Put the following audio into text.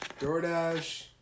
DoorDash